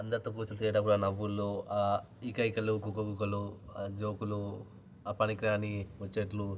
అందరితో కూర్చోని తినేటప్పుడు ఆ నవ్వులు ఆ ఇకఇకలు గుకగుకలు ఆ జోకులు ఆ పనికిరాని ముచ్చట్లు